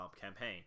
campaign